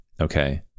Okay